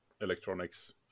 electronics